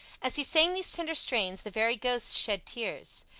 as he sang these tender strains, the very ghosts shed tears.